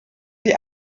die